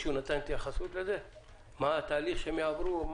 מה התהליך שיעברו?